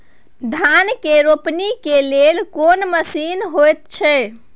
धान के रोपनी के लेल कोन मसीन होयत छै?